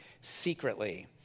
secretly